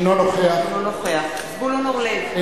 אינו נוכח זבולון אורלב,